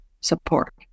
support